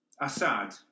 Assad